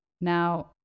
Now